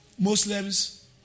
Muslims